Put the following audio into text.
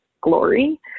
glory